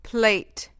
plate